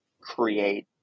create